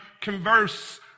converse